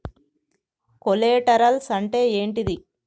Collaterals అంటే ఏంటిది?